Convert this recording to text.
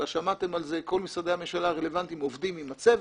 כבר שמעתם על זה כל משרדי הממשלה הרלוונטיים עובדים עם הצוות,